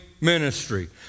ministry